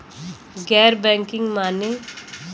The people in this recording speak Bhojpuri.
गैर बैंकिंग माने?